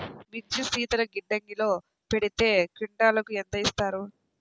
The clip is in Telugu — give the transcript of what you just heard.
మిర్చి శీతల గిడ్డంగిలో పెడితే క్వింటాలుకు ఎంత ఇస్తారు?